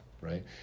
right